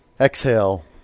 Exhale